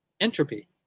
entropy